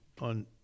on